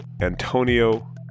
Antonio